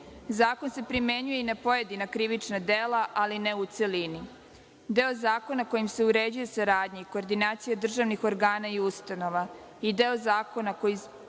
se primenjuje i na pojedina krivična dela, ali ne u celini. Deo zakona kojim se uređuje saradnja i koordinacija državnih organa i ustanova i deo zakona koji